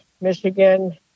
Michigan